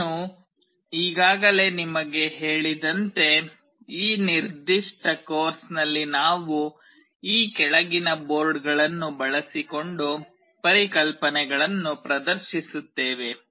ನಾನು ಈಗಾಗಲೇ ನಿಮಗೆ ಹೇಳಿದಂತೆ ಈ ನಿರ್ದಿಷ್ಟ ಕೋರ್ಸ್ನಲ್ಲಿ ನಾವು ಈ ಕೆಳಗಿನ ಬೋರ್ಡ್ಗಳನ್ನು ಬಳಸಿಕೊಂಡು ಪರಿಕಲ್ಪನೆಗಳನ್ನು ಪ್ರದರ್ಶಿಸುತ್ತೇವೆ